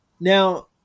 Now